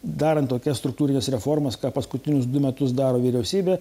darant tokias struktūrines reformas ką paskutinius du metus daro vyriausybė